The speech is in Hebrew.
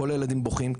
כל הילדים בוכים,